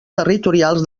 territorials